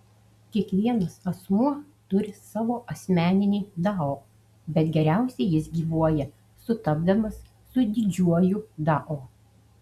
kiekvienas asmuo turi savo asmeninį dao bet geriausiai jis gyvuoja sutapdamas su didžiuoju dao